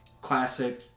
classic